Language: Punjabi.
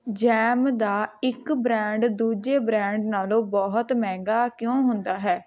ਜੈਮ ਦਾ ਇੱਕ ਬ੍ਰੈਂਡ ਦੂਜੇ ਬ੍ਰੈਂਡ ਨਾਲ਼ੋਂ ਬਹੁਤ ਮਹਿੰਗਾ ਕਿਉਂ ਹੁੰਦਾ ਹੈ